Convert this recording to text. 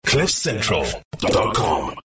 cliffcentral.com